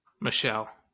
Michelle